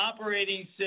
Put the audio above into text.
operating